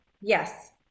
yes